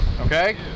Okay